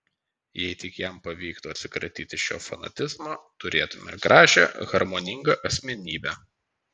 jei tik jam pavyktų atsikratyti šio fanatizmo turėtumėme gražią harmoningą asmenybę